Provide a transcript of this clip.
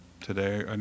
today